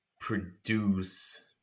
produce